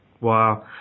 Wow